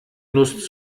nuss